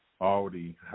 already